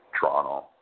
Toronto